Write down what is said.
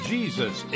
Jesus